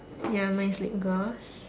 ya mine's lip gloss